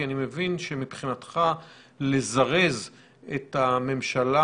כי אני מבין שמבחינתך לזרז את הממשלה